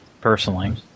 personally